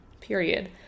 Period